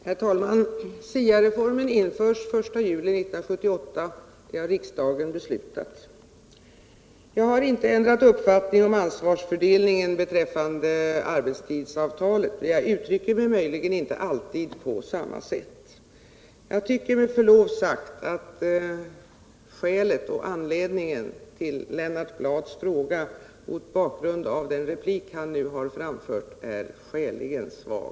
Herr talman! SIA-reformen införs den 1 juli 1978. Det har riksdagen beslutat. Jag har inte ändrat uppfattning om ansvarsfördelningen beträffande arbetstidsavtalet, men möjligen uttrycker jag mig inte alltid på samma sätt. Jag tycker med förlov sagt att anledningen till Lennart Bladhs fråga, mot bakgrund av det inlägg som han nu gjort, är skäligen svag.